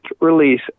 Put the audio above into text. release